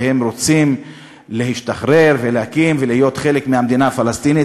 והם רוצים להשתחרר ולהקים ולהיות חלק מהמדינה הפלסטינית,